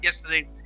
yesterday